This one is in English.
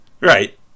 Right